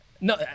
No